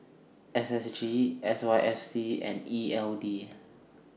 S S G S Y F C and E L D